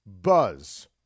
Buzz